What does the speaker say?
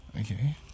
okay